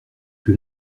que